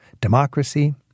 Democracy